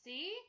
See